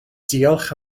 diolch